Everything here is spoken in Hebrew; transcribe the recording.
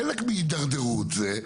חלק מהדרדרות זה,